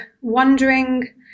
wondering